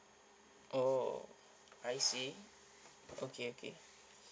oh I see okay okay